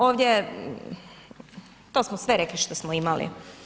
Ovdje je, to smo sve rekli što smo imali.